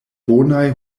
bonaj